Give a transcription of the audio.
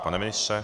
Pane ministře?